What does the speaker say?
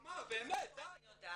תמר, באמת, דיי -- אני יודעת.